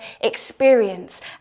experience